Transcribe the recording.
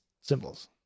Symbols